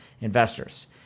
investors